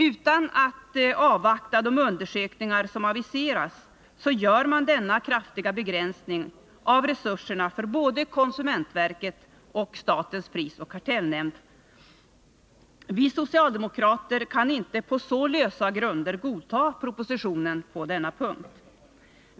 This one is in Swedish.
Utan att avvakta de undersökningar som aviserats, gör man denna kraftiga begränsning av resurserna för både konsumentverket och statens prisoch kartellnämnd. Vi socialdemokrater kan inte på så lösa grunder godta propositionen på denna punkt.